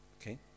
Okay